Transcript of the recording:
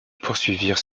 poursuivirent